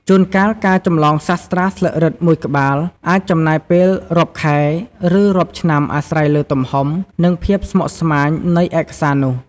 ជួនកាល ការចម្លងសាស្រ្តាស្លឹករឹតមួយក្បាលអាចចំណាយពេលរាប់ខែ ឬរាប់ឆ្នាំអាស្រ័យលើទំហំ និងភាពស្មុគស្មាញនៃឯកសារនោះ។